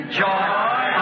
joy